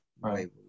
Right